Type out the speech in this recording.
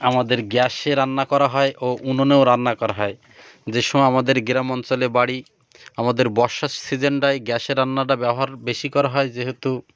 আমাদের গ্যাসে রান্না করা হয় ও উনুনেও রান্না করা হয় যে সব আমাদের গ্রাম অঞ্চলে বাড়ি আমাদের বর্ষার সিজনটাই গ্যাসে রান্নাটা ব্যবহার বেশি করা হয় যেহেতু